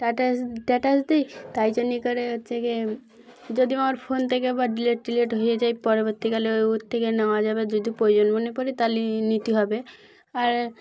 status status টাটাস দিই তাই জন্য ই করে হচ্ছে গ যদি আমার ফোন থেকে আবার ডিলেট টিলেট হয়ে যায় পরবর্তীকালে ওর থেকে নেওয়া যাবে যদি প্রয়োজন মনে পড়ে তাহলে নিতে হবে আর